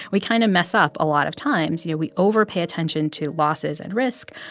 we kind of mess up a lot of times. you know, we overpay attention to losses and risk.